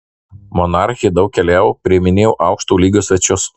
monarchė daug keliavo priiminėjo aukšto lygio svečius